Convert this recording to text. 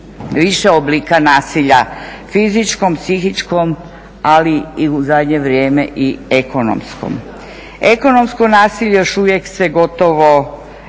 više oblika nasilja fizičkom, psihičkom ali i u zadnje vrijeme ekonomskom. Ekonomsko nasilje još uvijek se gotovo